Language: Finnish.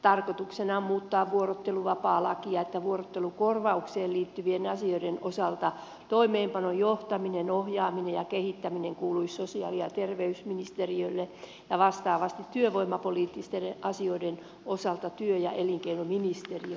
tarkoituksena on muuttaa vuorotteluvapaalakia niin että vuorottelukorvaukseen liittyvien asioiden osalta toimeenpanon johtaminen ohjaaminen ja kehittäminen kuuluisivat sosiaali ja terveysministeriölle ja vastaavasti työvoimapoliittisten asioiden osalta työ ja elinkeinoministeriölle